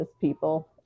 people